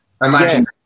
Imagine